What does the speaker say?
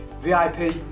VIP